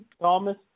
Thomas